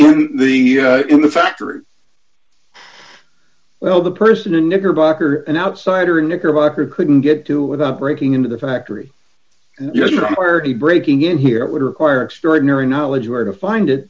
in the in the factory well the person and knickerbocker an outsider knickerbocker couldn't get to without breaking into the factory and yes i'm already breaking in here it would require extraordinary knowledge where to find it